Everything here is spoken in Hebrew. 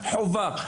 חובה.